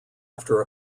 after